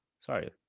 Sorry